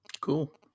Cool